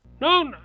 no